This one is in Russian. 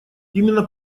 именно